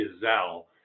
Gazelle